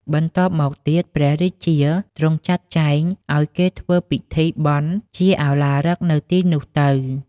បន្ទប់មកទៀតព្រះរាជាទ្រង់ចាត់ចែងឲ្យគេធ្វើពិធីបុណ្យជាឱឡារិកនៅទីនោះទៅ ។